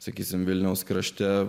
sakysime vilniaus krašte